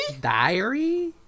diary